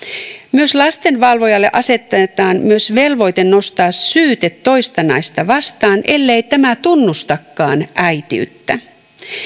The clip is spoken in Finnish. lastenvalvojalle asetetaan myös velvoite nostaa syyte toista naista vastaan ellei tämä tunnustakaan äitiyttä